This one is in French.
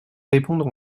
répondre